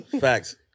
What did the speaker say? Facts